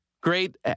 great